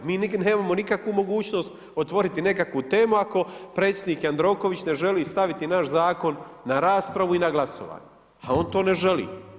Mi nemamo nikakvu mogućnost otvoriti nekakvu temu ako predsjednik Jandroković ne želi staviti naš zakon na raspravu i na glasovanje, a on to ne želi.